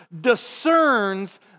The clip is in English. discerns